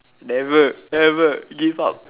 never never give up